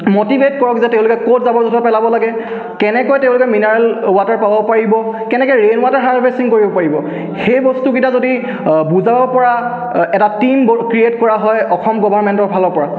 motivate কৰক যে তেওঁলোকে ক'ত জাবৰ জোঁথৰ পেলাব লাগে কেনেকৈ তেওঁলোকে মিনাৰেল ৱাটাৰ পাব পাৰিব কেনেকৈ ৰেইন ৱাটাৰ হাৰ্ভেষ্টিং কৰিব পাৰিব সেই বস্তুকেইটা যদি বুজাব পৰা এটা টীম ক্ৰিয়েট কৰা হয় অসম গভাৰ্ণমেণ্টৰ ফালৰ পৰা